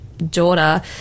daughter